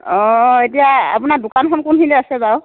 অ এতিয়া আপোনাৰ দোকানখন কোনখিনিত আছে বাৰু